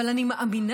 אבל אני מאמינה,